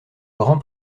grand